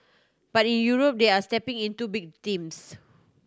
but in Europe they are stepping into big teams